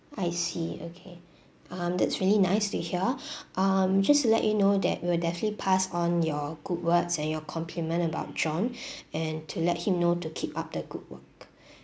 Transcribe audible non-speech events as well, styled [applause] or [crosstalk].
I see okay um that's really nice to hear [breath] um just to let you know that we'll definitely pass on your good words and your compliment about john [breath] and to let him know to keep up the good work